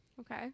Okay